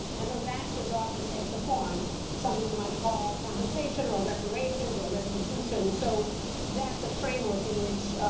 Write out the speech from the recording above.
and those actions often take the form of something you might call compensation, or reparations, or restitution. so that's a framework in which,